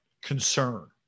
concern